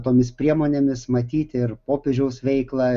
tomis priemonėmis matyti ir popiežiaus veiklą